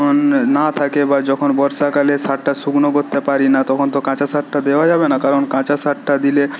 না থাকে বা যখন বর্ষাকালে সারটা শুকনো করতে পারি না তখন তো কাঁচা সারটা দেওয়া যাবে না কারণ কাঁচা সারটা দিলে